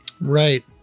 right